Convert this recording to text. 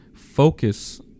Focus